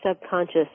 subconscious